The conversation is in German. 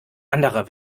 anderer